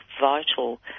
vital